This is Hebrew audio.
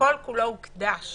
שכל כולו הוקדש